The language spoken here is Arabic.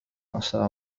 أسرع